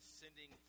sending